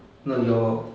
no no